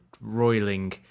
roiling